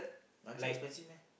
luncheon expensive meh